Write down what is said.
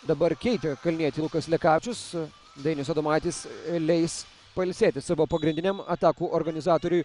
dabar keičia kalnietį lukas lekavičius dainius adomaitis leis pailsėti savo pagrindiniam atakų organizatoriui